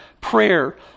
prayer